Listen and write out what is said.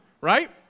right